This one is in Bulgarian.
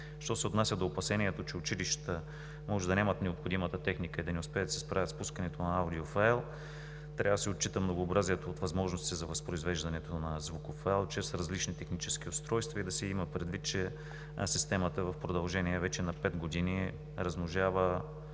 Що се отнася до опасението, че училищата може да нямат необходимата техника и да не успеят да се справят с пускането на аудиофайл, трябва да се отчита многообразието от възможности за възпроизвеждането на звуков файл чрез различни технически устройства и да се има предвид, че системата в продължение вече на пет години получава,